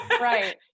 Right